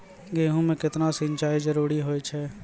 गेहूँ म केतना सिंचाई जरूरी होय छै?